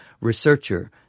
researcher